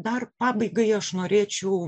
dar pabaigai aš norėčiau